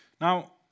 Now